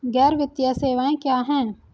गैर वित्तीय सेवाएं क्या हैं?